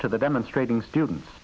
to the demonstrating students